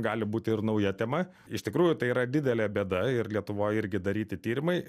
gali būti ir nauja tema iš tikrųjų tai yra didelė bėda ir lietuvoj irgi daryti tyrimai